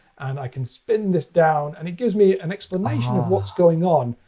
and i can spin this down, and it gives me an explanation of what's going on